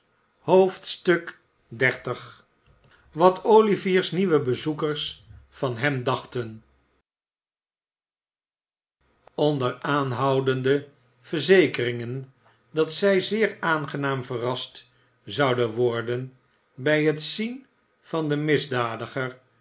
zijn xxx wat olivibr s nieuwe bezoekers van hem dachten onder aanhoudende verzekeringen dat zij zeer aangenaam verrast zouden worden bij het zien van den misdadiger